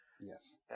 Yes